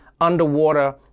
underwater